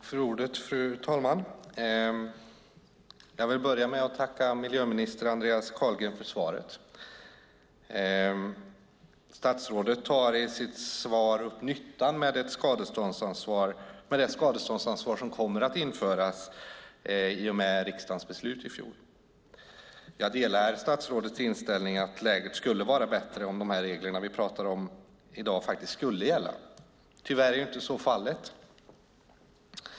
Fru talman! Jag vill börja med att tacka miljöminister Andreas Carlgren för svaret. Statsrådet tar i sitt svar upp nyttan med det skadeståndsansvar som kommer att införas i och med riksdagens beslut i fjol. Jag delar statsrådets inställning att läget skulle vara bättre om de regler vi pratar om i dag faktiskt skulle gälla. Tyvärr är inte så fallet.